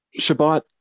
Shabbat